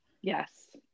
Yes